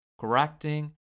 correcting